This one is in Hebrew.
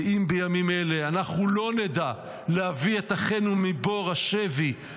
אם בימים האלה לא נדע להביא את אחינו מבור השבי,